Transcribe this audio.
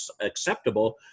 acceptable